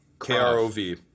K-R-O-V